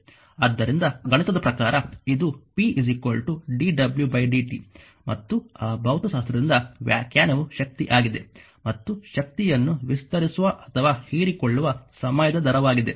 ಆದ್ದರಿಂದ ಗಣಿತದ ಪ್ರಕಾರ ಇದು p dw dt ಮತ್ತು ಆ ಭೌತಶಾಸ್ತ್ರದಿಂದ ವ್ಯಾಖ್ಯಾನವು ಶಕ್ತಿ ಆಗಿದೆ ಅಥವಾ ಶಕ್ತಿಯನ್ನು ವಿಸ್ತರಿಸುವ ಅಥವಾ ಹೀರಿಕೊಳ್ಳುವ ಸಮಯದ ದರವಾಗಿದೆ